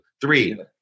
Three